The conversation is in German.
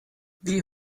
wie